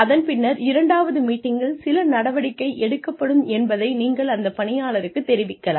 அதன் பின்னர் இரண்டாவது மீட்டிங்கில் சில நடவடிக்கை எடுக்கப்படும் என்பதை நீங்கள் அந்த பணியாளருக்கு தெரிவிக்கலாம்